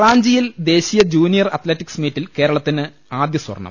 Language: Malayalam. റാഞ്ചിയിൽ ദേശീയ ജൂനിയർ അത്ലറ്റിക്സ് മീറ്റിൽ കേരള ത്തിന് ആദ്യ സ്വർണം